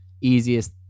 easiest